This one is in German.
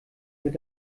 mit